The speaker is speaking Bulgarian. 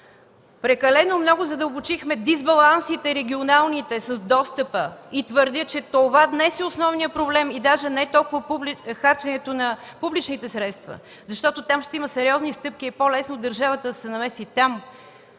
Прекалено много задълбочихме регионалните дисбаланси с достъпа, и твърдя, че това днес е основният проблем, и даже не толкова харченето на публичните средства, защото там ще има сериозни стъпки и е по-лесно държавата да се намеси там,